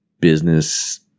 business